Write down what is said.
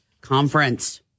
conference